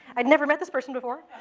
i had never met this person before.